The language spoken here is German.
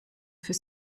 für